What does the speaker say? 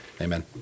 amen